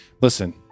listen